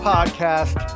Podcast